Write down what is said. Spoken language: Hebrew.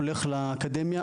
הולך לאקדמיה,